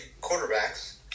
quarterbacks